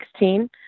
2016